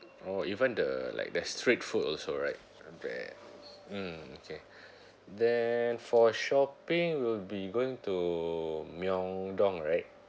orh even the like the street food also right not bad mmhmm okay then for shopping we'll be going to myeong dong right